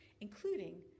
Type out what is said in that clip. including